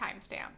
timestamp